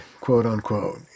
quote-unquote